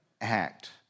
act